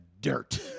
dirt